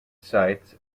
sights